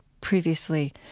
previously